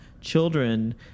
children